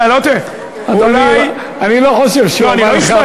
אתה לא, אדוני, אני לא חושב שהוא אמר לך משהו.